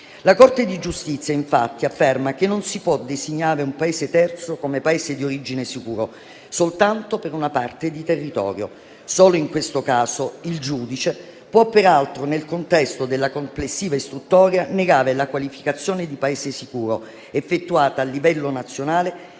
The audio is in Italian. dell'Unione europea, infatti, afferma che non si può designare un Paese terzo come Paese di origine sicuro soltanto per una parte di territorio. Solo in questo caso il giudice può, peraltro nel contesto della complessiva istruttoria, negare la qualificazione di Paese sicuro effettuata a livello nazionale,